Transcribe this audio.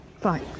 Fine